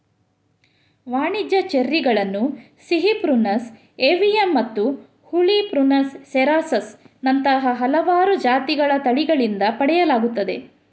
ವಾಣಿಜ್ಯ ಚೆರ್ರಿಗಳನ್ನು ಸಿಹಿ ಪ್ರುನಸ್ ಏವಿಯಮ್ಮತ್ತು ಹುಳಿ ಪ್ರುನಸ್ ಸೆರಾಸಸ್ ನಂತಹ ಹಲವಾರು ಜಾತಿಗಳ ತಳಿಗಳಿಂದ ಪಡೆಯಲಾಗುತ್ತದೆ